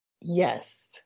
Yes